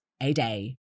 A-Day